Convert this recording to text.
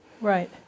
Right